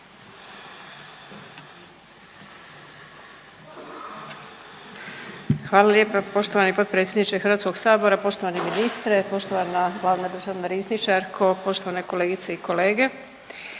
Hvala lijepa poštovani potpredsjedniče HS, poštovani ministri, poštovana glavna državna rizničarko, poštovane kolegice i kolege.